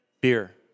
Beer